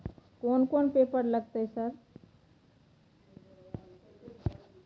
कोन कौन पेपर लगतै सर?